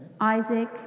Isaac